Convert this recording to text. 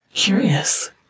Curious